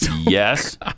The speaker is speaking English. Yes